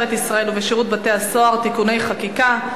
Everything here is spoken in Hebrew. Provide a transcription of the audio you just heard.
ישראל ובשירות בתי-הסוהר (תיקוני חקיקה),